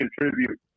contribute